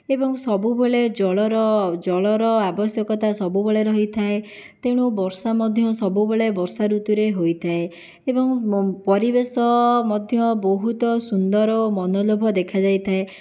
ଏବଂ ସବୁବେଳେ ଜଳର ଜଳର ଆବଶ୍ୟକତା ସବୁବେଳେ ରହିଥାଏ ତେଣୁ ବର୍ଷା ମଧ୍ୟ ସବୁବେଳେ ବର୍ଷା ଋତୁରେ ହୋଇଥାଏ ଏବଂ ପରିବେଶ ମଧ୍ୟ ବହୁତ ସୁନ୍ଦର ଓ ମନଲୋଭ ଦେଖାଯାଇଥାଏ